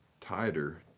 tighter